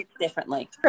differently